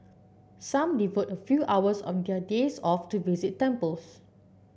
some devote a few hours of their days off to visit temples